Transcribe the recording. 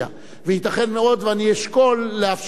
וייתכן מאוד שאני אשקול לאפשר לכם את